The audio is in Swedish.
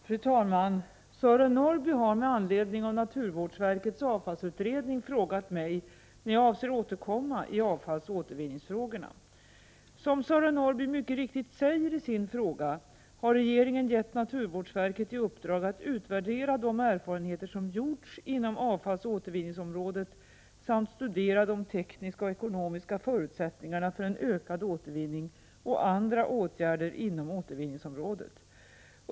Fru talman! Sören Norrby har med anledning av naturvårdsverkets avfallsutredning frågat mig när jag avser återkomma i avfallsoch återvinningsfrågorna. Som Sören Norrby mycket riktigt säger i sin fråga, har regeringen gett naturvårdsverket i uppdrag att utvärdera de erfarenheter som gjorts inom avfallsoch återvinningsområdet samt studera de tekniska och ekonomiska förutsättningarna för en ökad återvinning och andra åtgärder inom återvinningsområdet.